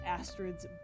Astrid's